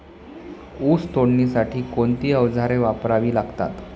ऊस तोडणीसाठी कोणती अवजारे वापरावी लागतात?